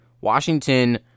Washington